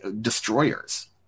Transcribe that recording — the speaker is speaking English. destroyers